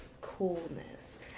coolness